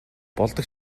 болдог